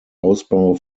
ausbau